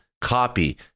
copy